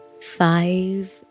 Five